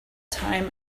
time